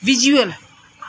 visual